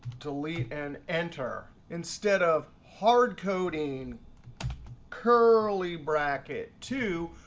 delete and enter. instead of hard coding curly bracket two,